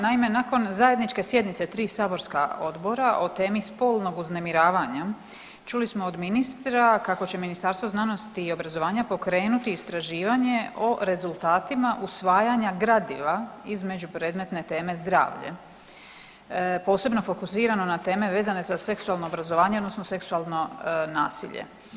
Naime, nakon zajedničke sjednice 3 saborska odbora o temi spolnog uznemiravanja čuli smo od ministra kako će Ministarstvo znanosti i obrazovanja pokrenuti istraživanje o rezultatima usvajanja gradiva iz među predmetne teme zdravlje, posebno fokusirano na teme vezane za seksualno obrazovanje odnosno seksualno nasilje.